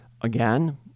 again